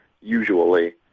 usually